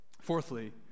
Fourthly